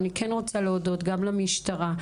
אני רוצה להודות גם למשטרה,